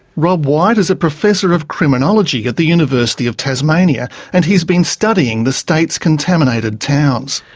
rob white is a professor of criminology at the university of tasmania and he's been studying the state's contaminated towns.